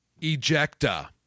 Ejecta